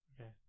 okay